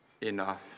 enough